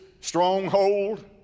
stronghold